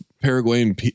paraguayan